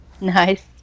Nice